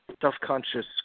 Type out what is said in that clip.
self-conscious